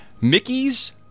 Mickey's